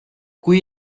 kui